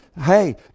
hey